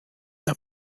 der